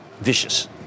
vicious